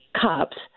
cups